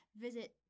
visit